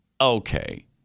Okay